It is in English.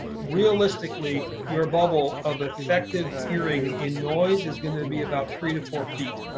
realistically your bubble of effective hearing in noise is going to be about three to four feet.